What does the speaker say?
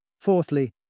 Fourthly